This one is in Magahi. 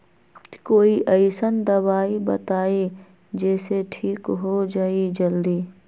कोई अईसन दवाई बताई जे से ठीक हो जई जल्दी?